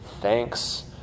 thanks